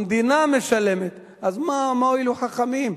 המדינה משלמת, אז מה הועילו חכמים?